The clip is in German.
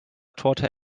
torte